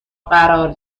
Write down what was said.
قرار